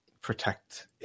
protect